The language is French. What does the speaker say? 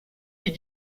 est